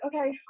okay